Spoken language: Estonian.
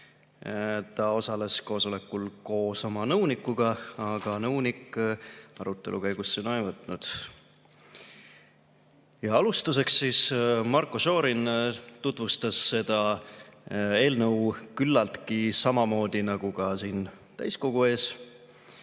Ta osales koosolekul koos oma nõunikuga, aga nõunik arutelu käigus sõna ei võtnud. Alustuseks Marko Šorin tutvustas seda eelnõu küllaltki samamoodi nagu siin täiskogu ees